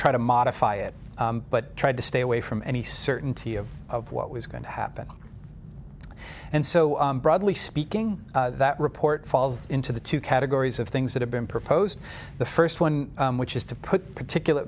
try to modify it but tried to stay away from any certainty of what was going to happen and so broadly speaking that report falls into the two categories of things that have been proposed the first one which is to put particula